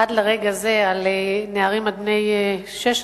עד לרגע זה על נערים עד בני 16,